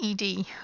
ed